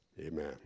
Amen